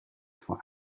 for